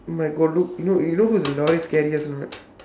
but you got look you know you know who is karius or not